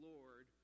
Lord